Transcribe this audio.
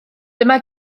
dyma